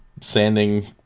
sanding